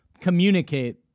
communicate